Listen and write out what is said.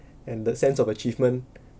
and the sense of achievement